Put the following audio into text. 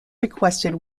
requested